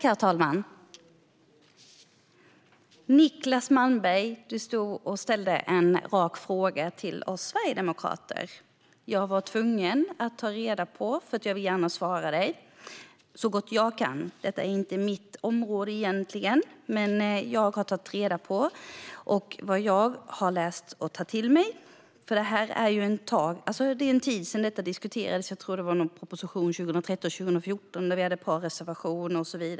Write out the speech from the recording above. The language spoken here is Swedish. Herr talman! Niclas Malmberg ställde en rak fråga till oss sverigedemokrater, och jag vill gärna svara honom så gott jag kan. Detta är egentligen inte mitt område, och det är ju en tid sedan detta diskuterades. Jag tror att det var någon proposition 2013 eller 2014 när vi hade ett par reservationer och så vidare.